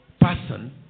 person